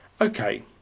okay